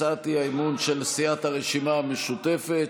הצעת האי-אמון של סיעת הרשימה המשותפת,